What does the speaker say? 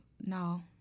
no